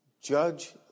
judge